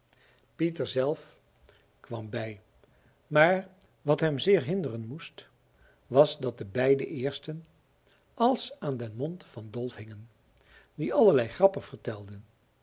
pieter zelf kwam bij maar wat hem zeer hinderen moest was dat de beide eersten als aan den mond van dolf hingen die allerlei grappen vertelde